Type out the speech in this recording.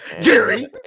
Jerry